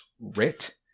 writ